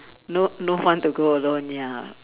no no fun to go alone ya